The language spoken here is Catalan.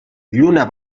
lluna